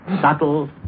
subtle